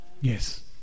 Yes